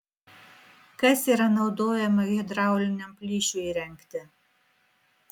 kas yra naudojama hidrauliniam plyšiui įrengti